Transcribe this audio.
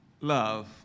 love